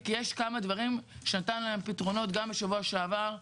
כי יש כמה דברים שנתנו להם פתרונות גם בשבוע שעבר,